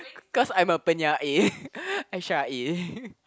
cause I'm a penyair I syair